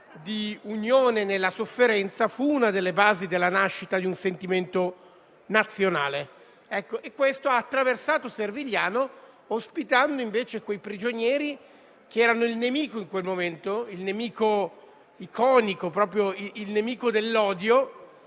e quella forma di unione nella sofferenza fu una delle basi della nascita di un sentimento nazionale. Questo ha attraversato Servigliano, ospitando invece quei prigionieri che in quel momento erano il nemico iconico, che incarnavano l'odio